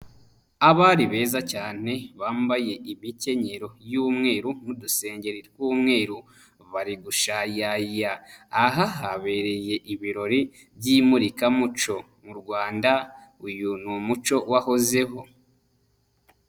Abari beza cyane bambaye imikenyero y'umweru n'udusengeri tw'umweru bari gushayaya, aha habereye ibirori by'imurikamuco, mu Rwanda uyu ni umuco wahozeho.